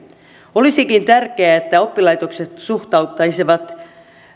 olisikin tärkeää että oppilaitokset suhteuttaisivat